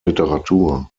literatur